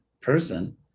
person